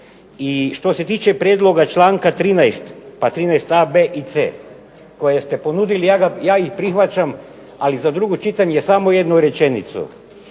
I što se tiče prijedloga članka 13. pa 13.a, b, i c koje ste ponudili ja ih prihvaćam, ali za drugo čitanje samo jednu rečenicu.